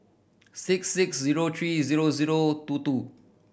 six six zero three zero zero two two